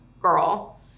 girl